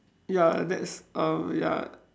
ya that's um ya